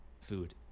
food